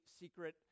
secret